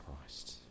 christ